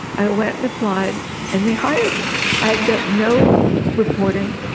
i went and applied and they hired me. i had done no reporting,